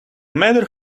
matter